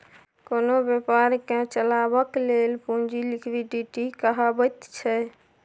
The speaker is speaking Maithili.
कोनो बेपारकेँ चलेबाक लेल पुंजी लिक्विडिटी कहाबैत छै